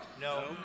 No